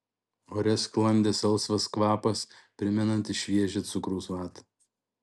ore sklandė salsvas kvapas primenantis šviežią cukraus vatą